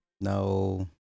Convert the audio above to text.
No